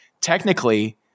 technically